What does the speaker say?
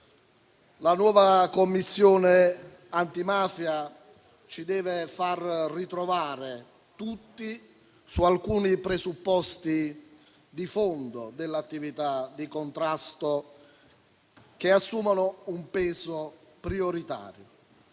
La nuova Commissione antimafia ci deve far ritrovare tutti su alcuni presupposti di fondo dell'attività di contrasto che assumono un peso prioritario.